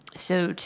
so,